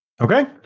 Okay